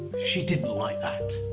she didn't like that.